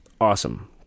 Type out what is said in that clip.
awesome